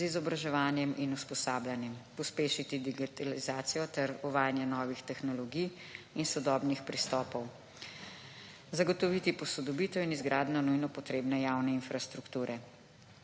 z izobraževanjem in usposabljanjem. Pospešiti digitalizacijo ter uvajanje novih tehnologij in sodobnih pristopov. Zagotoviti posodobitev in izgradnjo nujno potrebne javne infrastrukture.